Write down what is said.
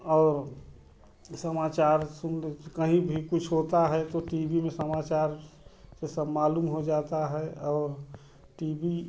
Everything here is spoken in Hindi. और समाचार सुन लें तो कहीं भी कुछ होता है तो टी वी में समाचार ये सब मालूम हो जाता है और टी वी